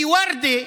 כי ורדה,